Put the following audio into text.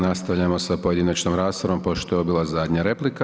Nastavljamo sa pojedinačnom raspravom pošto je ovo bila zadnja replika.